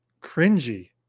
cringy